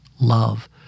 love